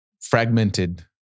fragmented